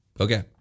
Okay